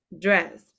dress